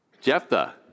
Jephthah